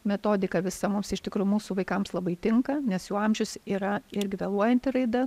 metodika visa mums iš tikrųjų mūsų vaikams labai tinka nes jų amžius yra irgi vėluojanti raida